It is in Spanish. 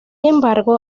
embargo